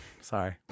Sorry